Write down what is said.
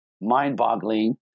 mind-boggling